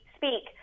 speak